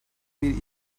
bir